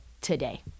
today